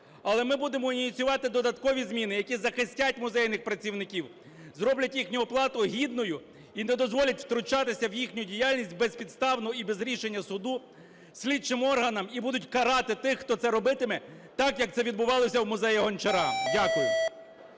Але ми будемо ініціювати додаткові зміни, які захистять музейних працівників, зроблять їхню оплату гідною і не дозволять втручатися в їхню діяльність безпідставно і без рішення суду слідчим органам, і будуть карати тих, хто це робитиме, так як це відбувалося в музеї Гончара. Дякую.